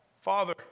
Father